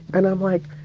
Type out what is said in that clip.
and i'm like,